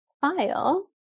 file